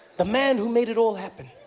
the man who made it all happen